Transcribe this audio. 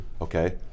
Okay